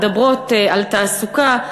מדברות על תעסוקה.